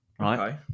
right